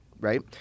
right